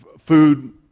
food